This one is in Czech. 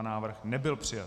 Návrh nebyl přijat.